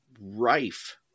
rife